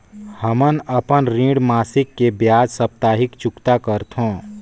हमन अपन ऋण मासिक के बजाय साप्ताहिक चुकता करथों